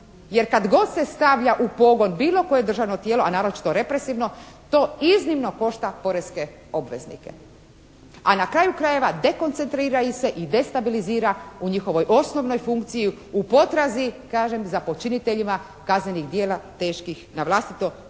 jer kad god se stavlja u pogon bilo koje državno tijelo, a naročito represivno to iznimno košta poreske obveznike. A na kraju krajeva, dekoncentrira ih se i destabilizira u njihovoj osnovnoj funkciji, u potrazi kažem za počiniteljima kaznenih djela teških na vlastito, teških